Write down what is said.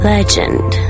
Legend